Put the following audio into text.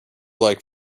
like